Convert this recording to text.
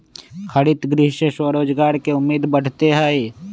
हरितगृह से स्वरोजगार के उम्मीद बढ़ते हई